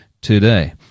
today